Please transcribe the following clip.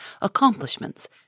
accomplishments